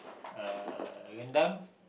uh rendang